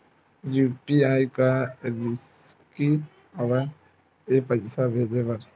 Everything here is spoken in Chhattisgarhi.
यू.पी.आई का रिसकी हंव ए पईसा भेजे बर?